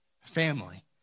family